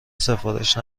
سفارش